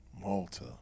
Malta